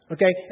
Okay